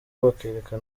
bakareka